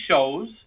shows